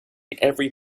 every